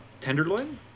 Tenderloin